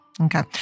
Okay